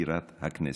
מזכירת הכנסת.